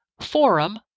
forum